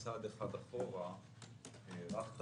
הערכת